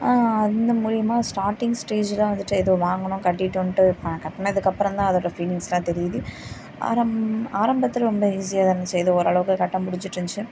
அந்த மூலயமா starting stage தான் வந்துட்டு ஏதோ வாங்கினோம் கட்டிவிட்டோன்டு கட்டினதுக்கு அப்புறம் தான் அதோடய ஃபீலிங்ஸெல்லாம் தெரியுது ஆரம் ஆரம்பத்தில் ரொம்ப ஈஸியாக தான் இருந்துச்சு ஏதோ ஓரளவுக்கு கட்ட முடிஞ்சுட்டு இருந்துச்சு